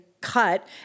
cut